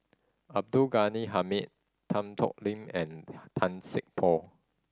Abdul Ghani Hamid Tan Tho Lin and Tan Poh